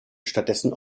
stattdessen